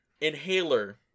Inhaler